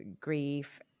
grief